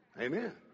Amen